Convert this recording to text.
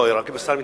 זה רק אם השר מתנגד,